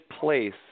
place